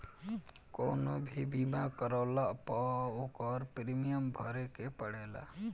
कवनो भी बीमा करवला पअ ओकर प्रीमियम भरे के पड़ेला